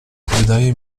wydaje